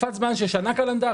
תקופת זמן של שנה קלנדרית,